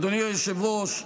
אדוני היושב-ראש,